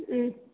ம்